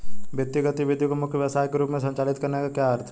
वित्तीय गतिविधि को मुख्य व्यवसाय के रूप में संचालित करने का क्या अर्थ है?